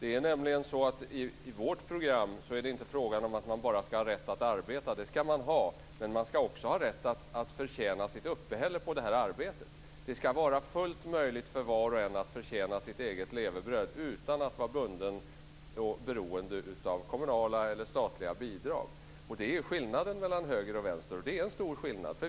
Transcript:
Det är nämligen så att i vårt program är det inte bara fråga om att man får rätt att arbeta. Det ska man ha, men man ska också ha rätt att tjäna sitt uppehälle på det arbetet. Det ska vara fullt möjligt för var och en att förtjäna sitt eget levebröd utan att vara beroende av kommunala eller statliga bidrag. Det är skillnaden mellan höger och vänster, och det är en stor skillnad.